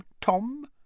Tom